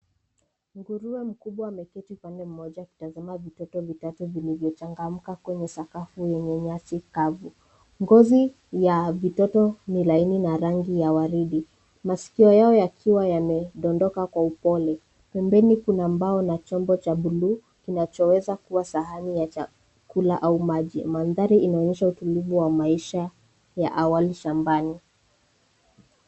Nguruwe mkubwa ameketi pande moja akitazama vitoto vitatu vilivyochangamka kwenye sakafu yenye nyasi kavu. Ngozi ya vitoto ni laini na rangi ya waridi, masikio yao yakiwa yamedondoka kwa upole. Pembeni kuna mbao na chombo cha buluu kinachoweza kuwa sahani ya chakula au maji. Mandhari inaonyesha utulivu wa maisha ya awali shambani.